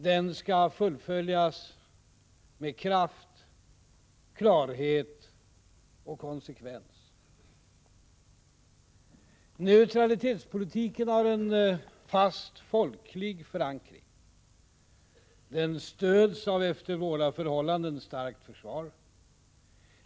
Den skall fullföljas med kraft, klarhet och konsekvens. Neutralitetspolitiken har en fast folklig förankring. Den stöds av ett efter våra förhållanden starkt försvar.